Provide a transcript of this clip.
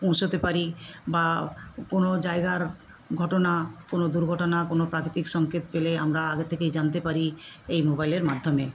পৌঁছতে পারি বা কোনো জায়গার ঘটনা কোনও দুর্ঘটনা কোনও প্রাকৃতিক সঙ্কেত পেলে আমরা আগে থেকেই জানতে পারি এই মোবাইলের মাধ্যমে